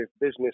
business